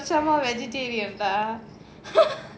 eh vegetarian ah